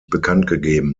bekanntgegeben